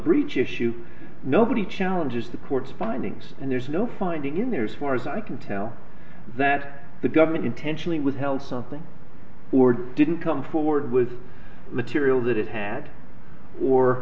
breach issue nobody challenges the court's findings and there's no finding in there as far as i can tell that the government intentionally withheld something or didn't come forward was material that it had or